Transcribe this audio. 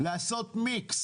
לעשות מיקס